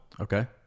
Okay